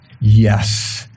yes